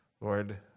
Lord